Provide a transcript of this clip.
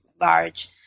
large